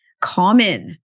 common